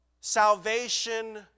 salvation